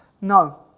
No